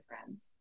friends